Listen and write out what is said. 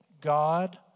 God